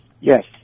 Yes